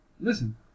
Listen